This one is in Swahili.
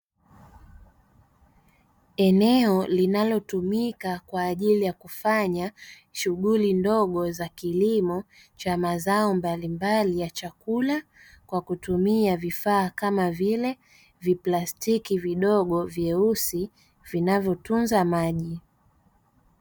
Eneo linalotumika kwaajili ya kufanya shughuli ndogo za kilimo cha mazao mbalimbali ya chakula kwa kutumia vifaa kama vile viplastiki vidogo vyeusi vinavyotunza maji.